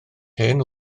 hen